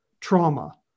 trauma